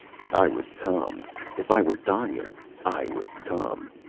and i would come if i were dying i would come!